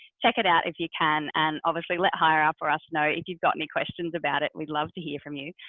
check it out if you can, and obviously let hireup or us know if you've got any questions about it. we'd love to hear from you.